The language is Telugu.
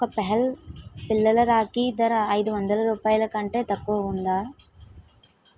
ఒక పెహెల్ పిల్లల రాఖీ ధర ఐదు వందల రూపాయలకంటే తక్కువ ఉందా